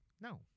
No